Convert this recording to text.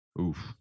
Oof